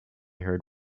heard